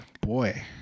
boy